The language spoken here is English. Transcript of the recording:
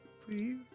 Please